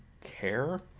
care